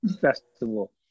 festival